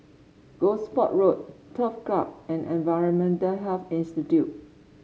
Gosport Road Turf Club and Environmental Health Institute